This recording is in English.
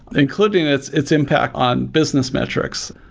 including its its impact on business metrics.